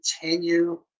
continue